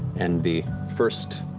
and the first